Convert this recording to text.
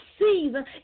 season